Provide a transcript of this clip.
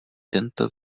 tento